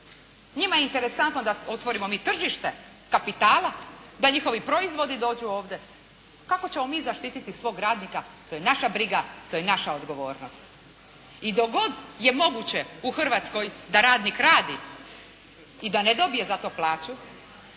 Njima je interesantno da otvorimo mi tržište kapitala da njihovi proizvodi dođu ovdje. Kako ćemo mi zaštiti našeg radnika, to je naša briga, to je naša odgovornost. I dok god je moguće u Hrvatskoj da radnik radi i da ne dobije za to plaću